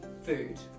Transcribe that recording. Food